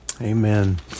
Amen